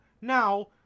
Now